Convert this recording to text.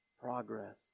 progress